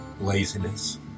laziness